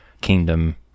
kingdom